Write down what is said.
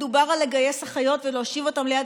מדובר על לגייס אחיות ולהושיב אותן ליד